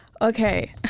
Okay